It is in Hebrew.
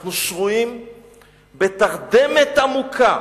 אנחנו שרויים בתרדמת עמוקה,